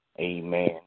Amen